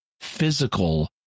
physical